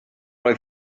oedd